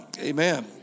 Amen